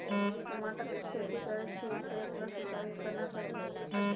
टमाटर की खेती करे छिये ते एकरा सिंचाई केना करबै?